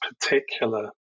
particular